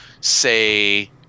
say